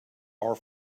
are